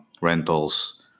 rentals